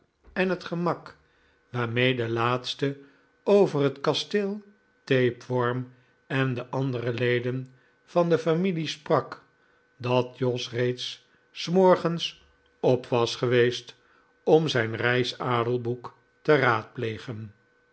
en het gemak waarmee de laatste over het kasteel tapeworm en de andere leden van de familie sprak dat jos reeds s morgens op was geweest om zijn reis adelboek te raadplegen